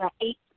eight